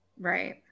right